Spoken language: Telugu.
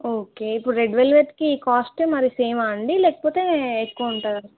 ఓకే ఇప్పుడు రెడ్ వెల్వెట్కి కాస్ట మరి సేమా అండి లేకపోతే ఎక్కువ ఉంటుందా